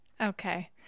Okay